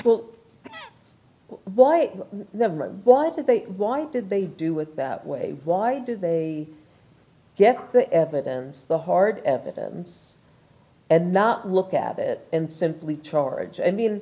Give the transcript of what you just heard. well why the why did they why did they do with that way why did the yet the evidence the hard evidence and not look at it and simply charge i mean